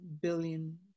billion